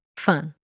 Fun